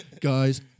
Guys